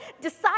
Decide